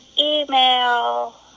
email